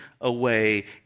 away